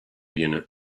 unit